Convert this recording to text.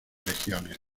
regiones